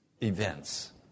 events